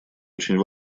очень